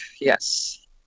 yes